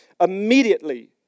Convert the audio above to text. Immediately